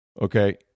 okay